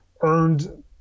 earned